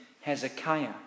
Hezekiah